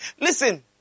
Listen